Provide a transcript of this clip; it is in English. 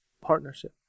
Partnership